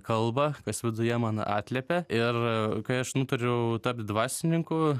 kalba kas viduje man atliepia ir kai aš nutariau tapt dvasininku